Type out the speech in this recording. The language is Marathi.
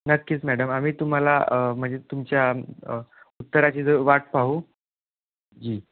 नक्कीच मॅडम आम्ही तुम्हाला म्हणजे तुमच्या उत्तराची ज वाट पाहू जी